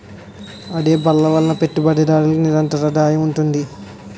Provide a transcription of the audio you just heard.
అద్దె బళ్ళు వలన పెట్టుబడిదారులకు నిరంతరాదాయం ఉంటుంది